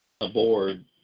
aboard